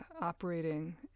operating